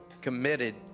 committed